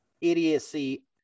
idiocy